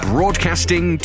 Broadcasting